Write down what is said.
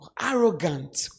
Arrogant